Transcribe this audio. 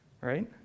right